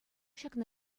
ҫакна